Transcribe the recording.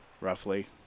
Roughly